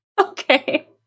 Okay